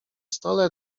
stole